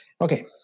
okay